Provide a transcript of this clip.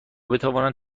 بتوانند